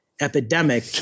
epidemic